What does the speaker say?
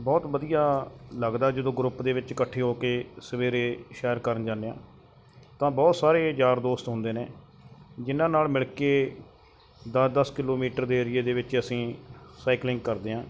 ਬਹੁਤ ਵਧੀਆ ਲੱਗਦਾ ਜਦੋਂ ਗਰੁੱਪ ਦੇ ਵਿੱਚ ਇਕੱਠੇ ਹੋ ਕੇ ਸਵੇਰੇ ਸੈਰ ਕਰਨ ਜਾਂਦੇ ਹਾਂ ਤਾਂ ਬਹੁਤ ਸਾਰੇ ਯਾਰ ਦੋਸਤ ਹੁੰਦੇ ਨੇ ਜਿਹਨਾਂ ਨਾਲ ਮਿਲ ਕੇ ਦਸ ਦਸ ਕਿਲੋਮੀਟਰ ਦੇ ਏਰੀਏ ਦੇ ਵਿੱਚ ਅਸੀਂ ਸਾਈਕਲਿੰਗ ਕਰਦੇ ਹਾਂ